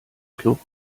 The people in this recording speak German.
club